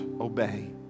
obey